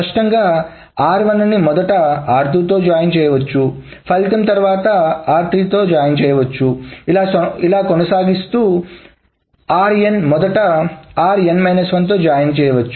స్పష్టంగా r1 ని మొదట r2 తో జాయిన్ చేయవచ్చు ఫలితం తరువాత r3 తో జాయిన్ చేయవచ్చు ఇలా కొనసాగించ వచ్చు లేదా rn మొదట rn 1 తో జాయిన్ చేయవచ్చు